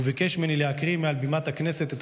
וביקש ממני להקריא מעל בימת הכנסת את